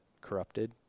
corrupted